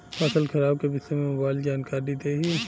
फसल खराब के विषय में मोबाइल जानकारी देही